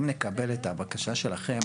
אם נקבל את הבקשה שלכם,